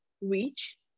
reach